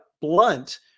blunt